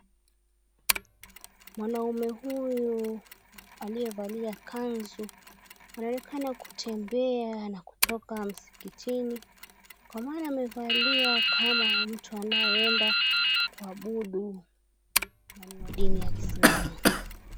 Mwanaume huyu aliyevalia kanzu, anaonekana kutembea na kutoka msikitini. Kwa maana amevalia kama mtu anayeenda kuabudu, na ni wa dini ya kiislamu.